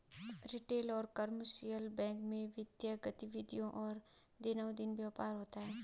retail और commercial bank में वित्तीय गतिविधियों और दैनंदिन व्यापार होता है